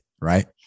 right